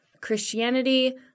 Christianity